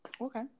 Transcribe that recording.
Okay